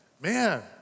man